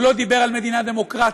הוא לא דיבר על מדינה דמוקרטית,